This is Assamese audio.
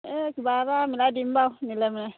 এই কিবা এটা মিলাই দিম বাৰু নিলে মানে